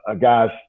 guy's